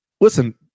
Listen